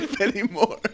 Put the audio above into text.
anymore